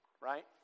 right